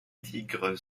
tiges